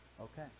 Okay